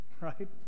right